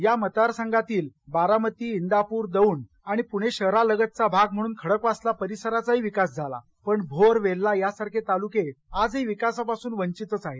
या मतदार संघातील बारामती इंदापूर दौंड आणि पुणे शहरालगतचा भाग म्हणून खडकवासला परिसराचाही विकास झाला पण भोर वेल्हा यासारखे तालुके मात्र आजही विकासापासून वंचितच आहेत